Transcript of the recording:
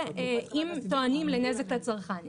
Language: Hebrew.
זה אם טוענים לנזק לצרכן.